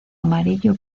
amarillo